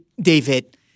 David